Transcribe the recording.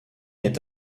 est